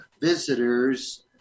visitors